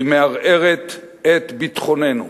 והיא מערערת את ביטחוננו.